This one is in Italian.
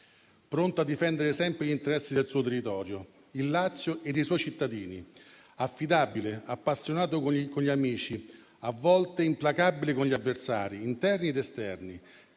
pronto a difendere sempre gli interessi del suo territorio, il Lazio, e dei suoi cittadini. Affidabile, appassionato con gli amici, a volte implacabile con gli avversari, interni ed esterni.